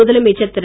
முதலமைச்சர் திரு